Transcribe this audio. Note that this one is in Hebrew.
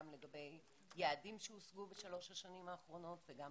גם לגבי יעדים שהושגו בשלוש השנים האחרונות וגם